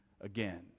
again